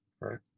Right